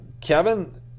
kevin